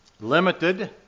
limited